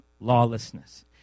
lawlessness